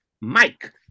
Mike